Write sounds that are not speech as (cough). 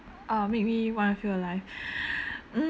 uh make me want to feel alive (breath) mm